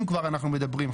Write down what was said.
אם כבר אנחנו מדברים,